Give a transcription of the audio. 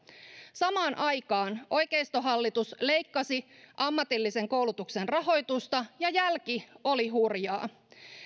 samaan aikaan oikeistohallitus leikkasi ammatillisen koulutuksen rahoitusta ja jälki oli hurjaa